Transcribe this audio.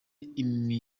imikinire